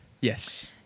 Yes